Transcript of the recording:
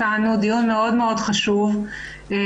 מאוד חשוב.